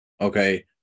Okay